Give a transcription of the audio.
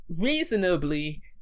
reasonably